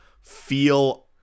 feel